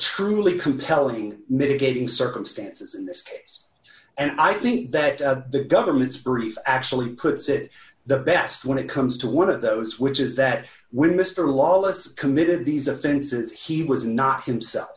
truly compelling mitigating circumstances in this case and i think that the government's brief actually puts it the best when it comes to one of those which is that when mr lawless committed these offenses he was not himself